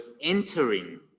entering